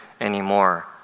anymore